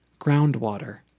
Groundwater